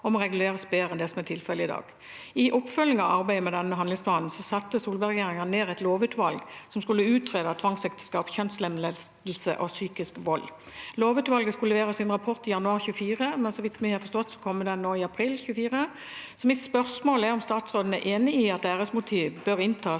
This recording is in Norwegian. og må reguleres bedre enn det som er tilfellet i dag. I oppfølgingen av arbeidet med handlingsplanen satte Solberg-regjeringen ned et lovutvalg som skulle utrede tvangsekteskap, kjønnslemlestelse og psykisk vold. Lovutvalget skulle levere sin rapport i januar 2024, men så vidt vi har forstått, kommer den nå i april 2024. Mitt spørsmål er om statsråden er enig i at æresmotiv bør inntas